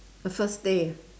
a first day